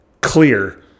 clear